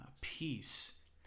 peace